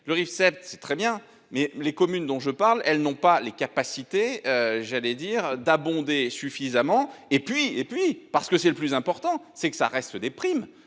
le Rifseep tu sais très bien mais les communes dont je parle. Elles n'ont pas les capacités, j'allais dire d'abonder suffisamment et puis et puis parce que c'est le plus important c'est que ça reste des primes